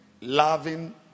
loving